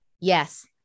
Yes